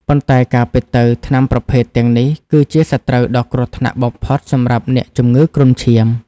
ប៉ុន្តែការពិតទៅ ថ្នាំប្រភេទទាំងនេះគឺជាសត្រូវដ៏គ្រោះថ្នាក់បំផុតសម្រាប់អ្នកជំងឺគ្រុនឈាម។